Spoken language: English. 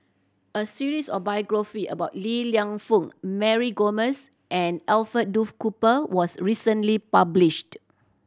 a series of biographie about Li Lienfung Mary Gomes and Alfred Duff Cooper was recently published